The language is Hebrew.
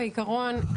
בעקרון,